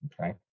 Okay